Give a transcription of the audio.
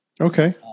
Okay